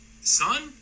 son